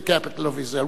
the capital of Israel.